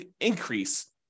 increase